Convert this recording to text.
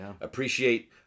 appreciate